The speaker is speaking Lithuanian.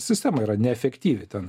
sistema yra neefektyvi ten